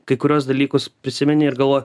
kai kuriuos dalykus prisimeni ir galvoji